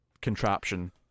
contraption